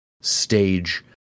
stage